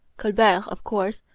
colbert, of course,